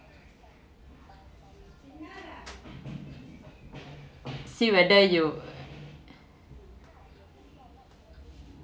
see whether you